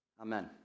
amen